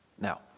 Now